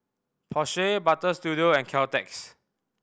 Porsche Butter Studio and Caltex